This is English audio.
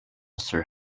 sir